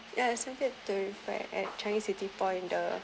ya at changi city point the